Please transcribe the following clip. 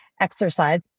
exercise